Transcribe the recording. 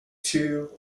two